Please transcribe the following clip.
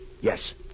Yes